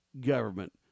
government